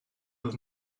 oedd